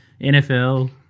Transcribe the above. NFL